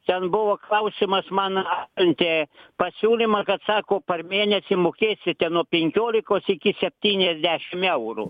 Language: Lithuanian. ten buvo klausimas man atsiuntė pasiūlymą kad sako per mėnesį mokėsite nuo penkiolikos iki septyniasdešim eurų